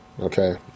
okay